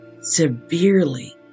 severely